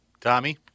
Tommy